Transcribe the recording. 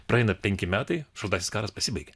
praeina penki metai šaltasis karas pasibaigia